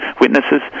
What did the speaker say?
witnesses